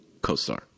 costar